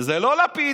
זה לא לפיד.